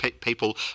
people